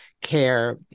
care